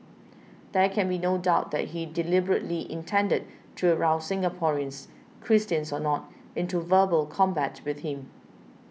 there can be no doubt that he deliberately intended to arouse Singaporeans Christians or not into verbal combat with him